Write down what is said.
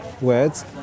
words